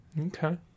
Okay